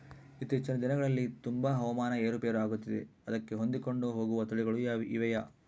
ಇತ್ತೇಚಿನ ದಿನಗಳಲ್ಲಿ ತುಂಬಾ ಹವಾಮಾನ ಏರು ಪೇರು ಆಗುತ್ತಿದೆ ಅದಕ್ಕೆ ಹೊಂದಿಕೊಂಡು ಹೋಗುವ ತಳಿಗಳು ಇವೆಯಾ?